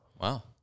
Wow